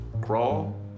crawl